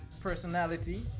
personality